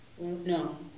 No